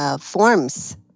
forms